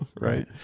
Right